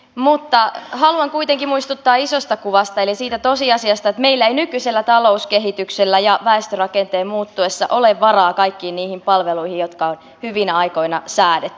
mutta haluan kuitenkin muistuttaa isosta kuvasta eli siitä tosiasiasta että meillä ei nykyisellä talouskehityksellä ja väestörakenteen muuttuessa ole varaa kaikkiin niihin palveluihin jotka on hyvinä aikoina säädetty